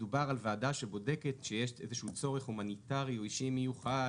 מדובר על ועדה שבודקת שיש איזשהו צורך הומניטרי או אישי מיוחד